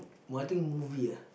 Martin movie ah